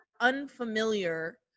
unfamiliar